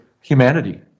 humanity